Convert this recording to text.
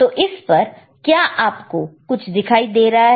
तो इस पर क्या आपको कुछ दिखाई दे रहा है